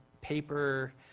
paper